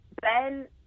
Ben